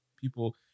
people